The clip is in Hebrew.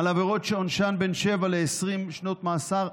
על עבירות שעונשן בין שבע ל-20 שנות מאסר,